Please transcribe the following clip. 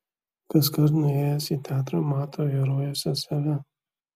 kaskart nuėjęs į teatrą mato herojuose save